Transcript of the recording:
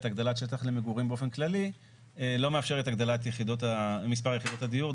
הגדלת שטח למגורים באופן כללי לא מאפשרת הגדלת מספר יחידות הדיור,